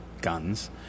guns